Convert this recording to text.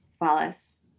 Wallace